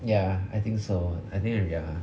ya I think so I think ya